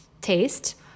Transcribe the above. taste